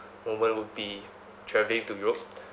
moment would be travelling to europe